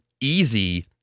easy